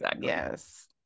yes